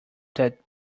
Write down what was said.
that